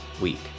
week